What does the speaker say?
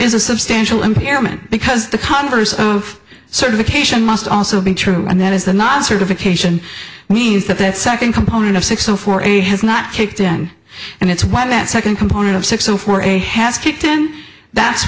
is a substantial impairment because the converse of certification must also be true and that is the not sort of a kitchen means that that second component of six so for a has not kicked in and it's one that second component of six so for a has kicked in that's